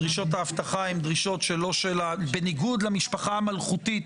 דרישות האבטחה הן דרישות שלא של בניגוד למשפחה המלכותית